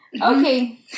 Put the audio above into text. okay